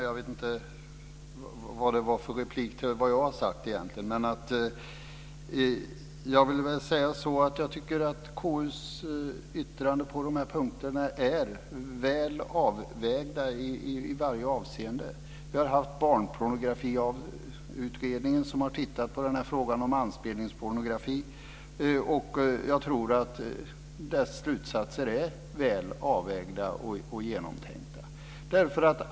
Fru talman! Jag vet inte om det här egentligen var en replik på det jag har sagt. Men jag tycker att KU:s yttranden på de här punkterna är väl avvägda i varje avseende. Barnpornografiutredningen har tittat på frågan om anspelningspornografi. Jag tror att utredningens slutsatser är väl avvägda och genomtänkta.